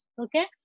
Okay